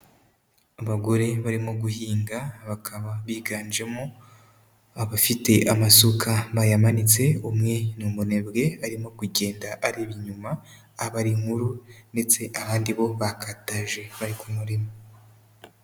Abagore barimo guhinga, bakaba biganjemo abafite amasuka bayamanitse, umwe ni umunebwe arimo kugenda areba inyuma abara inkuru ndetse abandi bo bakataje bari ku murimo.